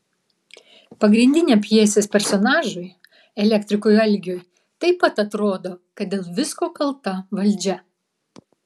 pagrindiniam pjesės personažui elektrikui algiui taip pat atrodo kad dėl visko kalta valdžia